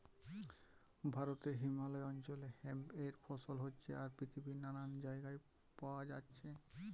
ভারতে হিমালয় অঞ্চলে হেম্প এর ফসল হচ্ছে আর পৃথিবীর নানান জাগায় পায়া যাচ্ছে